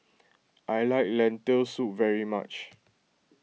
I like Lentil Soup very much